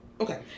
okay